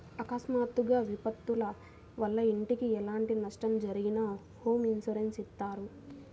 అకస్మాత్తుగా విపత్తుల వల్ల ఇంటికి ఎలాంటి నష్టం జరిగినా హోమ్ ఇన్సూరెన్స్ ఇత్తారు